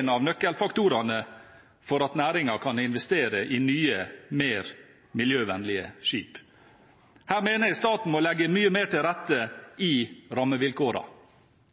en av nøkkelfaktorene for at næringen kan investere i nye, mer miljøvennlige skip. Her mener jeg staten må legge mye mer til rette